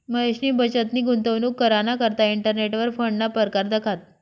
महेशनी बचतनी गुंतवणूक कराना करता इंटरनेटवर फंडना परकार दखात